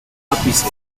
ápice